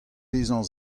bezañ